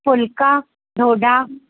फुल्का डोडा